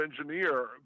engineer